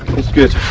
it's good!